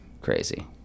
crazy